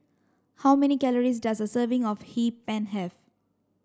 how many calories does a serving of Hee Pan have